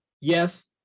yes